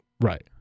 Right